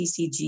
CCG